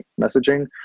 messaging